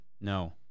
No